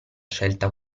scelta